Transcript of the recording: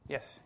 Yes